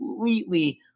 completely